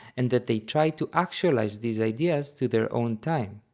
and that they tried to actualize these ideas to their own time.